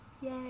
Yay